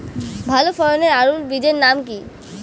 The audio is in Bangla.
ভালো ফলনের আলুর বীজের নাম কি?